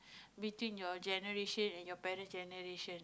between your generation and parents generation